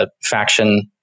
faction